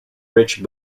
rich